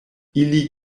ili